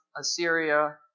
Assyria